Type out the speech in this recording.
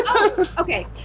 Okay